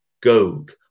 Gog